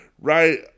right